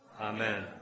Amen